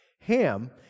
Ham